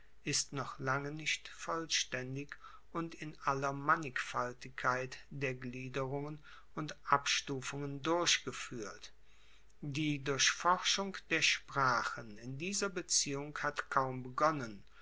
ist noch lange nicht vollstaendig und in aller mannigfaltigkeit der gliederungen und abstufungen durchgefuehrt die durchforschung der sprachen in dieser beziehung hat kaum begonnen